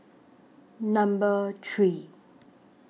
Number three